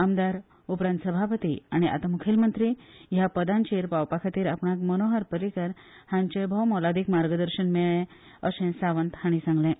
आमदार उपरांत सभापती आनी आतां मुखेलमंत्री ह्या पदांचेर पावपा खातीर आपणाक मनोहर पर्रीकार हांचे भोवमोलादीक मार्गदर्शन मेळळें अशें सावंत हांणी सांगलें